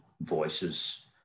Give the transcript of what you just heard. voices